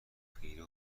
خیره